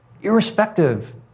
irrespective